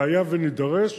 והיה ונידרש,